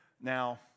Now